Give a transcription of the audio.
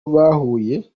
bahuye